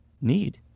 need